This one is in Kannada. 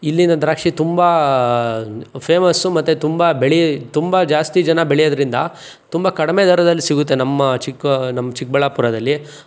ಇಲ್ಲಿನ ದ್ರಾಕ್ಷಿ ತುಂಬ ಫೇಮಸ್ಸು ಮತ್ತು ತುಂಬ ಬೆಳೆ ತುಂಬ ಜಾಸ್ತಿ ಜನ ಬೆಳೆಯೋದ್ರಿಂದ ತುಂಬ ಕಡಿಮೆ ದರದಲ್ಲಿ ಸಿಗುತ್ತೆ ನಮ್ಮ ಚಿಕ್ಕ ನಮ್ಮ ಚಿಕ್ಕಬಳ್ಳಾಪುರದಲ್ಲಿ